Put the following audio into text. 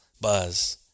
buzz